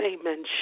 amen